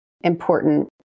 important